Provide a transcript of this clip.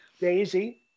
Daisy